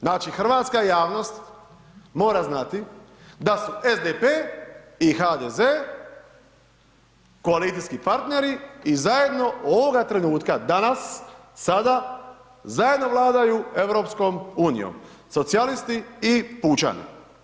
Znači, hrvatska javnost mora znati da su SDP i HDZ koalicijski partneri, i zajedno ovoga trenutka, danas, sada, zajedno vladaju Europskom unijom, socijalisti i pučani.